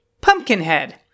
Pumpkinhead